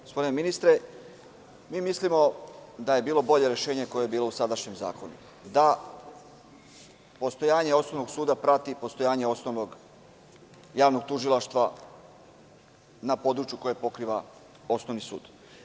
Gospodine ministre, mi mislimo da je bilo bolje rešenje koje je bilo u sadašnjem zakonu, da postojanje osnovnog suda prati postojanje osnovnog javnog tužilaštva na području koje pokriva osnovni sud.